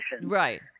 Right